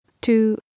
two